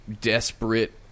desperate